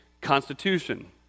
constitution